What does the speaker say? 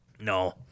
No